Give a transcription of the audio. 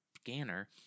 scanner